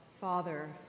Father